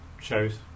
shows